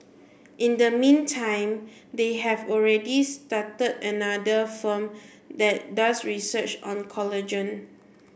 in the meantime they have already started another firm that does research on collagen